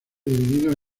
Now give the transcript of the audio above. divididos